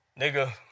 Nigga